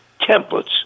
templates